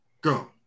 go